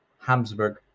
Habsburg